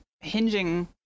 hinging